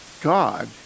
God